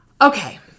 Okay